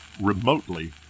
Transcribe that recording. remotely